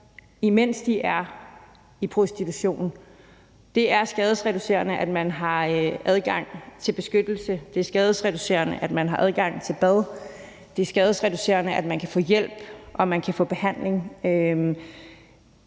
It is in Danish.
imens de er i prostitution. Det er skadesreducerende, at man har adgang til beskyttelse, det er skadesreducerende, at man har adgang til bad, det er skadesreducerende, at man kan få hjælp, og at man kan få behandling.